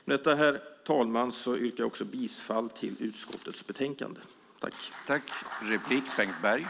Med detta, herr talman, yrkar jag bifall till förslaget i utskottets betänkande.